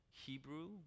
Hebrew